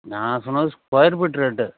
நான் சொன்னது square feet rate